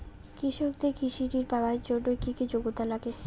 কৃষকদের কৃষি ঋণ পাওয়ার জন্য কী কী যোগ্যতা লাগে?